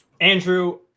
Andrew